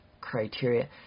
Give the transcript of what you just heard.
criteria